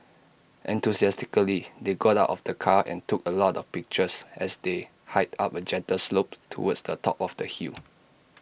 enthusiastically they got out of the car and took A lot of pictures as they hiked up A gentle slope towards the top of the hill